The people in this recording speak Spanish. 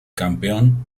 campeón